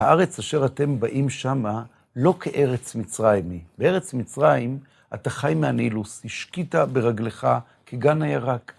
הארץ אשר אתם באים שמה, לא כארץ מצרים היא. בארץ מצרים אתה חי מהנילוס, השקיתה ברגלך כגן הירק.